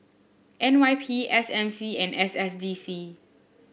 N Y P S M C and S S D C